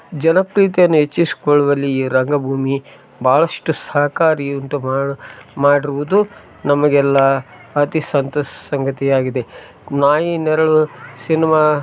ಜನಪ್ರಿಯತೆಯನ್ನು ಹೆಚ್ಚಿಸ್ಕೊಳ್ಳುವಲ್ಲಿ ಈ ರಂಗಭೂಮಿ ಭಾಳಷ್ಟು ಸಹಕಾರಿ ಉಂಟು ಮಾಡು ಮಾಡುವುದು ನಮಗೆಲ್ಲ ಅತಿ ಸಂತಸ ಸಂಗತಿ ಆಗಿದೆ ನಾಯಿ ನೆರಳು ಸಿನ್ಮಾ